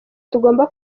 tugomba